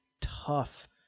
tough